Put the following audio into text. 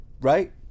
right